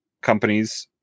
companies